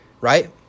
right